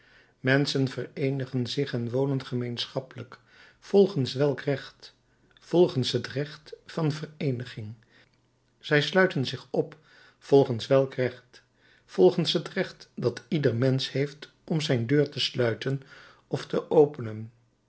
menschen vereenigen zich en wonen gemeenschappelijk volgens welk recht volgens het recht van vereeniging zij sluiten zich op volgens welk recht volgens het recht dat ieder mensch heeft om zijn deur te sluiten of te openen